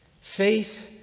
Faith